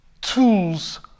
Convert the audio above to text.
tools